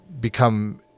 become